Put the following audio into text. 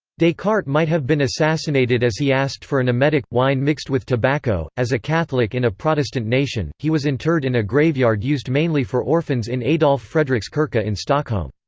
descartes might have been assassinated as he asked for an emetic wine mixed with tobacco as a catholic in a protestant nation, he was interred in a graveyard used mainly for orphans in adolf fredriks kyrka in stockholm.